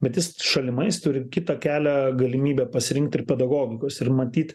bet jis šalimais turi kitą kelią galimybę pasirinkti ir pedagogikos ir matyt